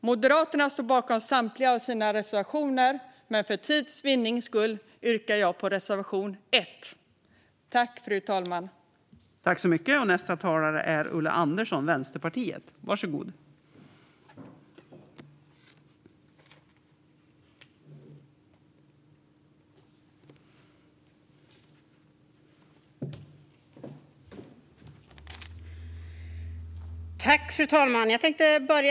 Moderaterna står bakom samtliga sina motioner, men för tids vinning yrkar jag bifall endast till reservation 1.